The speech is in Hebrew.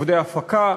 עובדי הפקה,